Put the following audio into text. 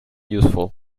useful